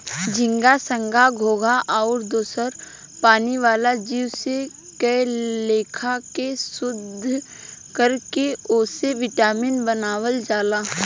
झींगा, संख, घोघा आउर दोसर पानी वाला जीव से कए लेखा के शोध कर के ओसे विटामिन बनावल जाला